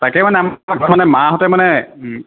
তাকে মানে আমাৰ মাহঁতে মানে